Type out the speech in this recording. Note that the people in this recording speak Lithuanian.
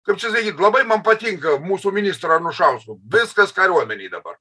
kaip čia sakyt labai man patinka mūsų ministro anušausko viskas kariuomenei dabar